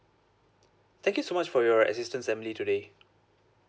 thank you so much for your assistance emily today